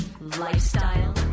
lifestyle